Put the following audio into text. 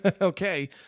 Okay